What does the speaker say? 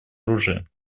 оружия